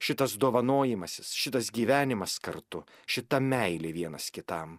šitas dovanojimasis šitas gyvenimas kartu šita meilė vienas kitam